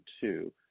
two